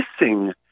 missing